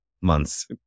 months